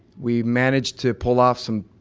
we've managed to pull off some